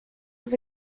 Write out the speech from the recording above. was